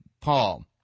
Paul